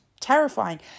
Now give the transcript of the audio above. terrifying